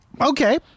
Okay